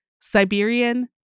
Siberian